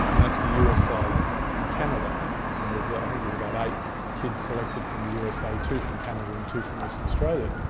and that's the usa and canada. and i think there's about eight kids selected from the usa, two from canada and two from western australia.